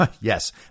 Yes